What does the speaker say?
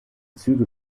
züge